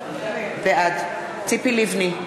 בעד ציפי לבני,